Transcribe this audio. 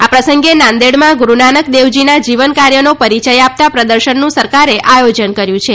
આ પ્રસંગે નાંદેડમાં ગુરૂનાનક દેવજીના જીવન કાર્યનો પરિચય આપતા પ્રદર્શનનું સરકારે આયોજન કર્યું છે